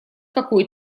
какой